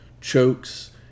chokes